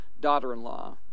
daughter-in-law